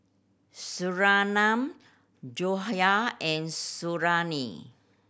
Surinam Joyah and Suriani